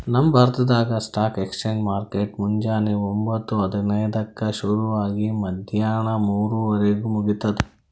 ನಮ್ ಭಾರತ್ದಾಗ್ stock exchange market ಮುಂಜಾನಿ ಒಂಬತ್ತು ಹದಿನೈದಕ್ಕ ಶುರು ಆಗಿ ಮದ್ಯಾಣ ಮೂರುವರಿಗ್ ಮುಗಿತದ್